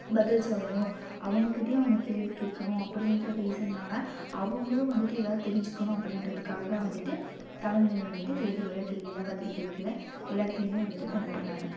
பதில் சொல்லணும் அவங்கக்கிட்டையும் அவங்க கேள்வி கேட்கணும் அப்படின்ற ரீசன்னால் அவங்களும் வந்துட்டு எதா தெரிஞ்சுக்கணும் அப்படின்றதுக்காக தான் வந்துட்டு தமிழ்மொழியை வந்துட்டு ரேடியோவில் டிவியில் பத்திரிக்கைக்கியில் எல்லாத்திலேயுமே வந்துட்டு பயன்படுத்துகிறாங்க